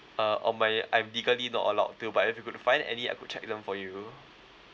uh um I I'm legally not allowed to but if you able to find any I could check them for you